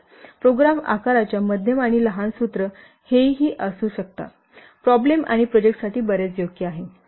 पाहू शकता की हे सूत्र लहान आणि मध्यम आकाराच्या प्रोग्राम प्रॉब्लेम किंवा प्रोजेक्टसाठी बरेच योग्य आहे